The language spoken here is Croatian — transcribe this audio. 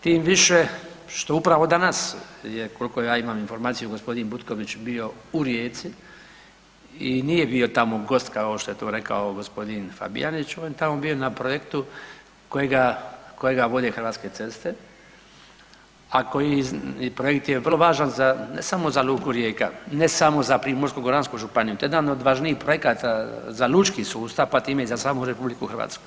Tim više što upravo danas je, koliko ja imam informaciju, gospodin Butković bio u Rijeci i nije bio tamo gost kao što je to rekao gospodin Fabijanić, on je tamo bio na projektu kojega vode Hrvatske ceste, a koji projekt je vrlo važan za, ne samo za Luku Rijeka, ne samo za Primorsko-goransku županiju, to je jedan od važnijih projekata za lučki sustav, pa time i za samu Republiku Hrvatsku.